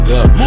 up